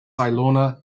ilona